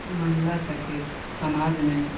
महिला सबके समाजमे